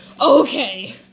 Okay